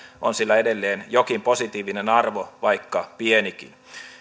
on sillä edelleen jokin positiivinen arvo vaikka pienikin